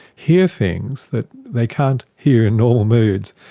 hear things that they can't hear in normal moods,